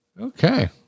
Okay